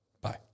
Bye